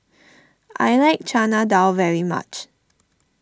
I like Chana Dal very much